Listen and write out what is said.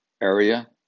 area